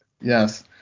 Yes